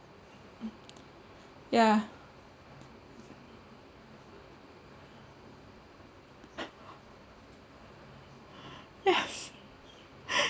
yeah yes